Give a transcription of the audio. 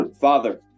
Father